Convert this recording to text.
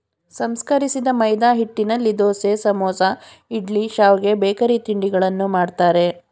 ಸಂಸ್ಕರಿಸಿದ ಮೈದಾಹಿಟ್ಟಿನಲ್ಲಿ ದೋಸೆ, ಸಮೋಸ, ಇಡ್ಲಿ, ಶಾವ್ಗೆ, ಬೇಕರಿ ತಿಂಡಿಗಳನ್ನು ಮಾಡ್ತರೆ